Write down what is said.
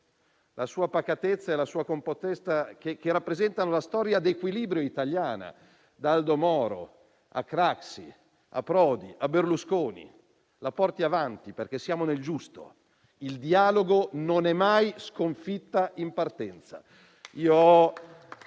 La sua pacatezza e la sua compostezza, che rappresentano la storia di equilibrio italiana, da Aldo Moro a Craxi, a Prodi, a Berlusconi, le porti avanti, perché siamo nel giusto. Il dialogo non è mai sconfitto in partenza.